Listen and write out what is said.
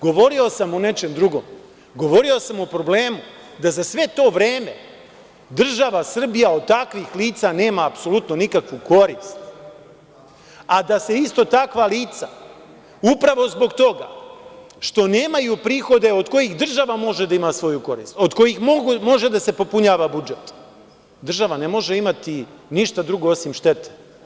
Govorio sam o nečem drugom, govorio sam o problemu da za sve to vreme država Srbija od takvih lica nema apsolutno nikakvu korist, a da se isto takva lica, upravo zbog toga što nemaju prihode od kojih država može da ima svoju korist, od kojih može da se popunjava budžet, država ne može imati ništa drugo osim štete.